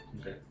Okay